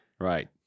Right